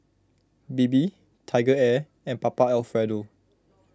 Bebe TigerAir and Papa Alfredo